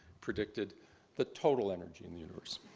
predicted the total energy in the universe.